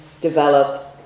develop